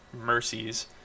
mercies